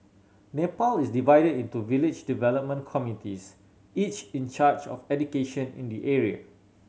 Nepal is divide into village development committees each in charge of education in the area